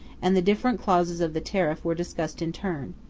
and the different clauses of the tariff, were discussed in turn.